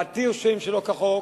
להתיר שוהים שלא כחוק.